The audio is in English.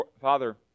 Father